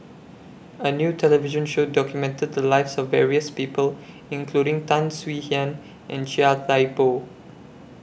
A New television Show documented The Lives of various People including Tan Swie Hian and Chia Thye Poh